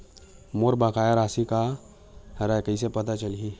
मोर बकाया राशि का हरय कइसे पता चलहि?